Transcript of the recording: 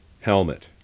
Helmet